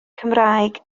cymraeg